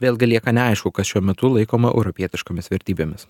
vėlgi lieka neaišku kas šiuo metu laikoma europietiškomis vertybėmis